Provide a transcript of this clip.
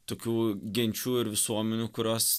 tokių genčių ir visuomenių kurios